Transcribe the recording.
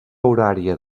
horària